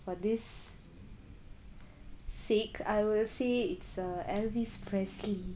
for this sake I will say it's uh elvis presley